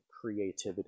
creativity